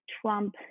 Trump